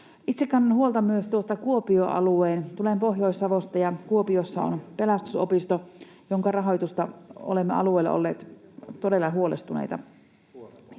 Itse kannan huolta myös tuosta Kuopion alueesta. Tulen Pohjois-Savosta, ja Kuopiossa on Pelastusopisto, jonka rahoituksesta olemme alueella olleet todella huolestuneita.